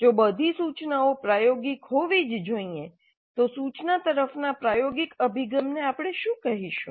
જો બધી સૂચનાઓ પ્રાયોગિક હોવી જ જોઈએ તો સૂચના તરફના પ્રાયોગિક અભિગમ ને આપણે શું કહીશું